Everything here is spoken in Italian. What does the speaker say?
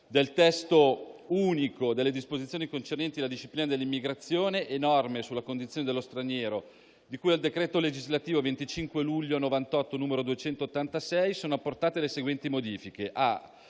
del testo unico delle disposizioni concernenti la disciplina dell'immigrazione e norme sulla condizione dello straniero, di cui al decreto legislativo 25 luglio 1998, n. 286, sono apportate le seguenti modificazioni: